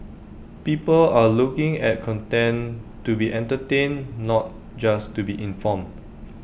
people are looking at content to be entertained not just to be informed